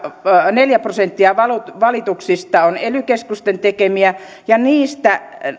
neljä prosenttia valituksista valituksista on ely keskusten tekemiä ja niistä